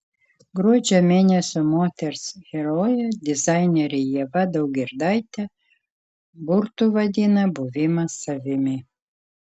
gruodžio mėnesio moters herojė dizainerė ieva daugirdaitė burtu vadina buvimą savimi